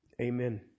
Amen